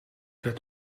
werd